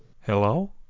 Hello